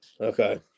Okay